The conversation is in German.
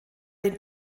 den